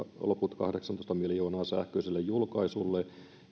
loput kahdeksantoista miljoonaa sähköisille julkaisuille